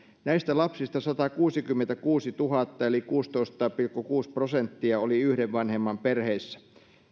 näistä lapsista satakuusikymmentäkuusituhatta eli kuusitoista pilkku kuusi prosenttia oli yhden vanhemman perheissä